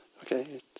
okay